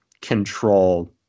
control